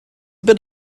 bit